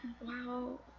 Wow